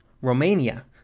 Romania